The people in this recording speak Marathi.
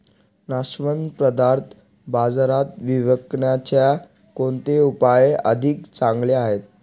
नाशवंत पदार्थ बाजारात विकण्याचे कोणते उपाय अधिक चांगले आहेत?